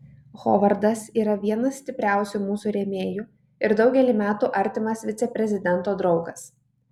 hovardas yra vienas stipriausių mūsų rėmėjų ir daugelį metų artimas viceprezidento draugas